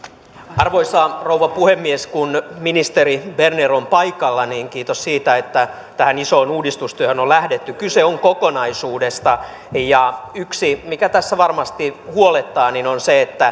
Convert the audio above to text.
arvoisa rouva puhemies kun ministeri berner on paikalla niin kiitos siitä että tähän isoon uudistustyöhön on lähdetty kyse on kokonaisuudesta ja yksi mikä tässä varmasti huolettaa on se